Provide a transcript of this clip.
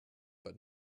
but